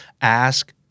ask